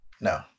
No